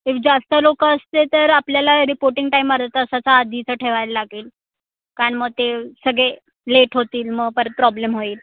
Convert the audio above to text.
जास्त लोकं असते तर आपल्याला रिपोर्टिंग टाईम अर्धा तासाचा आधी इथं ठेवायला लागेल कारण मग ते सगळे लेट होतील मग परत प्रॉब्लेम होईल